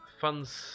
Funds